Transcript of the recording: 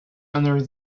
under